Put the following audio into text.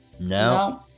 no